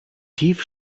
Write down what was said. tief